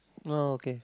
oh okay